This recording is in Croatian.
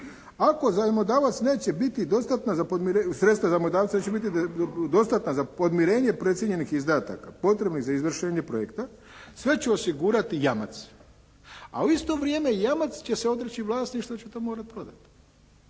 sredstva zajmodavca neće biti dostatna za podmirenje precijenjenih izdataka potrebnih za izvršenje projekta, sve će osigurati jamac, a u isto vrijeme jamac će se odreći vlasništva jer će to morati prodati.